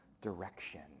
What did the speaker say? direction